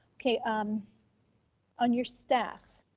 okay, um on your staff.